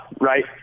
right